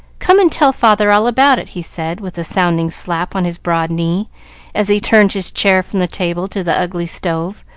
come and tell father all about it, he said, with a sounding slap on his broad knee as he turned his chair from the table to the ugly stove,